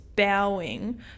bowing